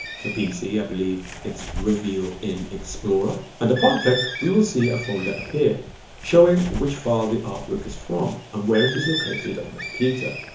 for pc i believe it's reveal in explorer and upon click we will see a folder appear showing which file the artwork is from and um where it is located on the computer,